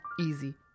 easy